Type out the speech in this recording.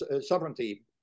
sovereignty